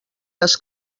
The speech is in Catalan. les